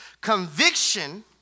Conviction